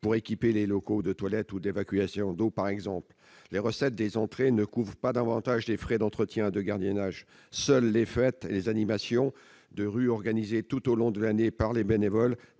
pour équiper les locaux de toilettes ou d'évacuation d'eau. Les recettes des entrées ne couvrent pas davantage les frais d'entretien et de gardiennage. Seules les fêtes et les animations de rue organisées tout au long de l'année par les bénévoles